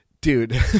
dude